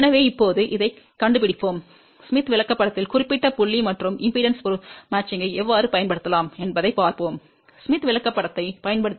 எனவே இப்போது இதைக் கண்டுபிடிப்போம் ஸ்மித் விளக்கப்படத்தில் குறிப்பிட்ட புள்ளி மற்றும் மின்மறுப்பு பொருத்தத்தை எவ்வாறு பயன்படுத்தலாம் என்பதைப் பார்ப்போம் ஸ்மித் விளக்கப்படத்தைப் பயன்படுத்தி கருத்து